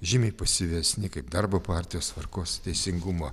žymiai pasyvesni kaip darbo partijos tvarkos ir teisingumo